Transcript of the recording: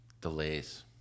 Delays